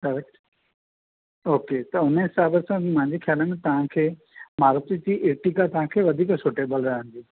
correct okay त उन हिसाब सां मांजे ख़याल में तव्हां खे मारुतीअ जी ऐर्टीगा तव्हां खे वधीक सुटेबल रहंदी